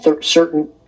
certain